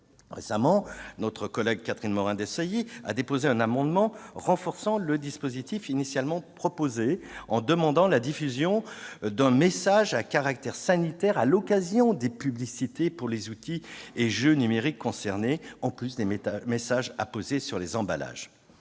Récemment, notre collègue Catherine Morin-Desailly a déposé un amendement tendant à renforcer le dispositif initialement proposé et à demander la diffusion d'un message à caractère sanitaire à l'occasion des publicités pour les outils et jeux numériques concernés, en plus du message apposé sur les emballages.